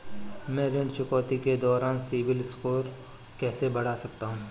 मैं ऋण चुकौती के दौरान सिबिल स्कोर कैसे बढ़ा सकता हूं?